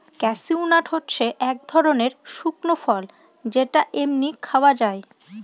cashew nut হচ্ছে এক ধরনের শুকনো ফল যেটা এমনি খাওয়া যায়